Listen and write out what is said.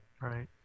Right